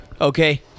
okay